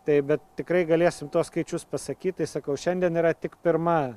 taip bet tikrai galėsim tuos skaičius pasakyt tai sakau šiandien yra tik pirma